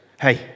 hey